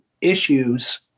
issues